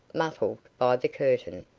muffled by the curtain.